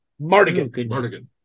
Mardigan